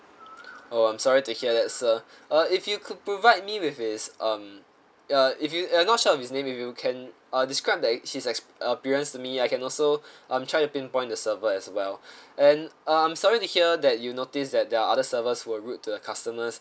oh I'm sorry to hear that sir uh if you could provide me with his um uh if you are not sure of his name if you can uh describe that he's exp~ appearance to me I can also um try to pinpoint the server as well and uh I'm sorry to hear that you notice that the other servers were rude to the customers